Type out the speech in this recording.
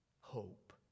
hope